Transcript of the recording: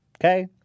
okay